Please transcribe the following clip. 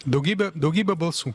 daugybė daugybė balsų